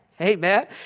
Amen